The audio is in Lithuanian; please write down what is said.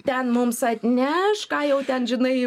ten mums atneš ką jau ten žinai